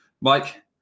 Mike